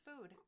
food